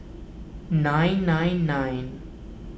nine nine nine